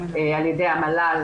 אולי אחרי חודשיים שהממשלה הזאת פעילה,